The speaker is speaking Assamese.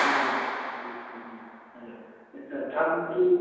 অঁ আচ্ছা দামটো